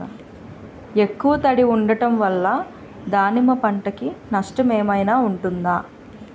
ఎక్కువ తడి ఉండడం వల్ల దానిమ్మ పంట కి నష్టం ఏమైనా ఉంటుందా?